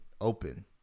open